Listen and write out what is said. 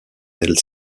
elle